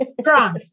Strong